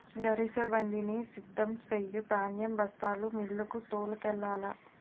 గరిసెబండిని సిద్ధం సెయ్యు ధాన్యం బస్తాలు మిల్లుకు తోలుకెల్లాల